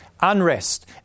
unrest